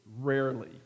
rarely